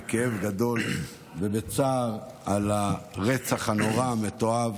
בכאב גדול ובצער על הרצח הנורא והמתועב